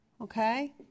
Okay